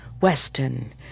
Weston